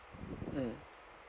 mm